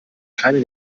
keine